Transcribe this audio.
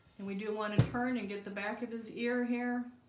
and we do want to turn and get the back of his ear here